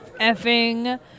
effing